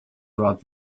brought